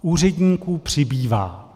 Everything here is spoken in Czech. Úředníků přibývá.